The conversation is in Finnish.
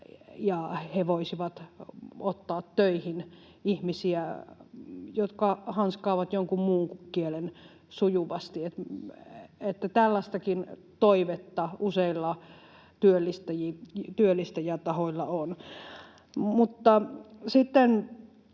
ja he voisivat ottaa töihin ihmisiä, jotka hanskaavat jonkun muun kielen sujuvasti. Että tällaistakin toivetta useilla työllistäjätahoilla on.